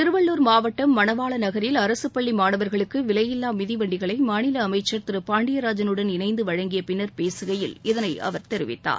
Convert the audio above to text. திருவள்ளூர் மாவட்டம் மனவாள நகரில் அரசுப்பள்ளி மாணவர்களுக்கு விலையில்லா மிதிவண்டிகளை மாநில அமைச்சர் திரு பாண்டியராஜனுடன் இணைந்து வழங்கிய பின்னர் பேசுகையில் இதனை அவர் தெரிவித்தார்